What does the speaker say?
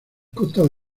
costas